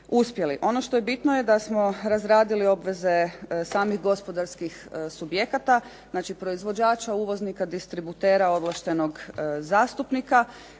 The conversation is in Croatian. Ono što je bitno je da smo razradili obveze samih gospodarskih subjekata, znači proizvođača, uvoznika, distributera ovlaštenog zastupnika,